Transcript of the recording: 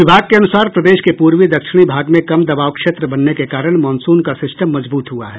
विभाग के अनुसार प्रदेश के पूर्वी दक्षिणी भाग में कम दबाव क्षेत्र बनने के कारण मॉनसून का सिस्टम मजबूत हुआ है